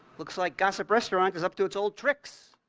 looks like gossip restaurant is up to its old tricks.